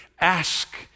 ask